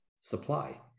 supply